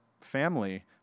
family